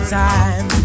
time